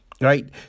Right